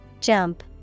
Jump